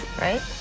right